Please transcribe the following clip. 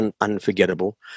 unforgettable